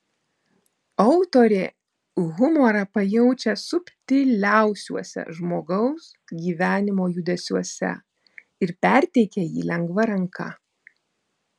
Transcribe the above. autorė humorą pajaučia subtiliausiuose žmogaus gyvenimo judesiuose ir perteikia jį lengva ranka